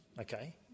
okay